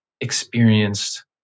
experienced